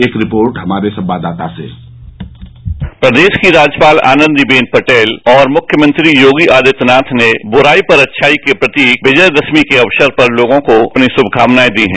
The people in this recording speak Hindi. एक रिपोर्ट हमारे संवाददाता से प्रदेश की राज्यपाल आनंदीबेन पटेल और मुख्यमंत्री योगी आदित्यनाथ ने बुराई पर अच्छाई के प्रतीक विजयदशमी के अवसर पर लोगों को अपनी शुभकामनाएं दी हैं